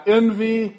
envy